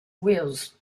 wheels